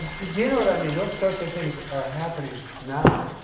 you know what i mean? those sorts of things are happening now.